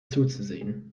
zuzusehen